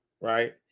right